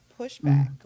pushback